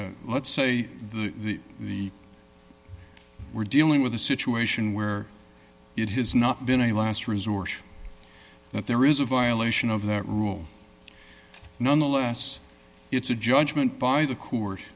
let's say the the the we're dealing with a situation where it has not been a last resort that there is a violation of that rule nonetheless it's a judgment by the coors